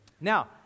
Now